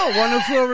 wonderful